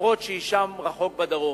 אף-על-פי שהיא שם רחוק בדרום.